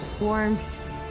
Warmth